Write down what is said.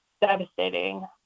devastating